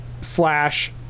slash